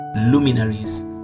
luminaries